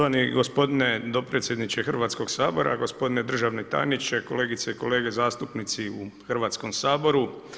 Štovani gospodine dopredsjedniče Hrvatskog sabora, gospodine državni tajniče, kolegice i kolege zastupnici u Hrvatskom saboru.